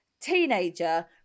teenager